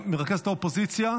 מרכזת האופוזיציה?